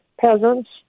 peasants